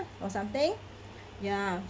or something ya